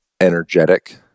energetic